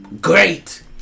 Great